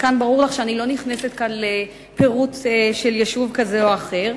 מכאן ברור לך שאני לא נכנסת כאן לפירוט של יישוב כזה או אחר.